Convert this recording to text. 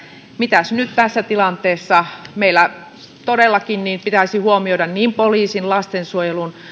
mitäs nyt tässä tilanteessa meillä todellakin pitäisi huomioida poliisin ja lastensuojelun